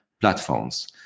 platforms